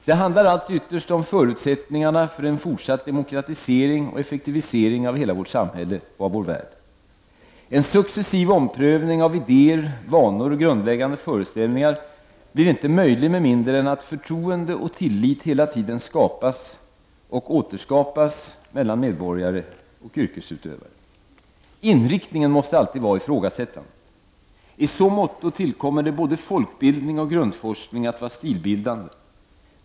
Det handlar alltså ytterst om förutsättningarna för en fortsatt demokratisering och effektivisering av hela vårt samhälle och av vår värld. En successiv omprövning av idéer, vanor och grundläggande föreställningar blir inte möjlig med mindre än att förtroende och tillit hela tiden skapas och återskapas mellan medborgare och yrkesutövare. Inriktningen måste alltså vara ifrågasättandet. I så motto tillkommer det både folkbildning och grundforskning att vara stilbildande.